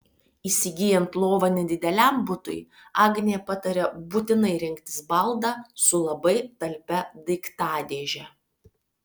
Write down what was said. įsigyjant lovą nedideliam butui agnė pataria būtinai rinktis baldą su labai talpia daiktadėže